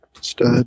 Stud